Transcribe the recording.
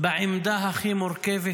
בעמדה הכי מורכבת,